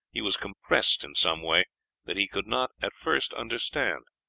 he was compressed in some way that he could not at first understand,